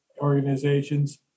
organizations